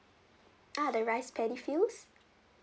ah the rice paddy fields